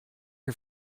her